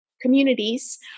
communities